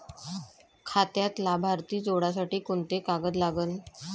खात्यात लाभार्थी जोडासाठी कोंते कागद लागन?